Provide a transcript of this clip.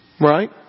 Right